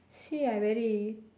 see I very